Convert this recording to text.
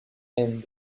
hand